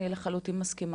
מדהים, אני לחלוטין מסכימה.